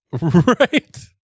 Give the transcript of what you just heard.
right